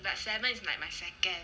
but salmon is like my second